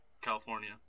California